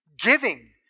Giving